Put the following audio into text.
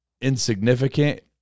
insignificant